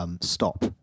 Stop